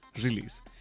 release